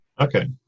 okay